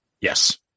Yes